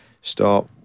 start